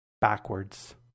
backwards